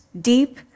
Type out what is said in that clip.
deep